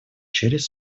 через